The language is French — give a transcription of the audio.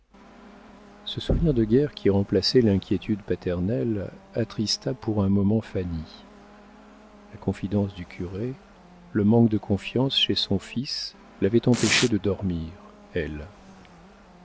ce souvenir de guerre qui remplaçait l'inquiétude paternelle attrista pour un moment fanny la confidence du curé le manque de confiance chez son fils l'avaient empêchée de dormir elle